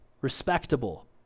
respectable